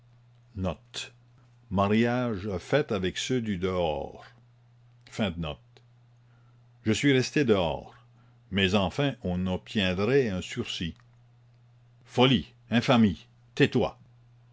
je suis resté dehors mais enfin on obtiendrait un sursis folie infamie tais-toi